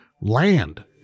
land